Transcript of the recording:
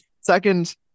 Second